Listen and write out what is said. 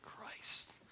Christ